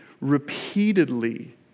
repeatedly